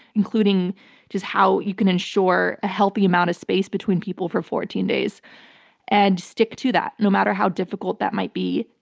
including just how you can ensure a healthy amount of space between people for fourteen days and stick to that. no matter how difficult that might be,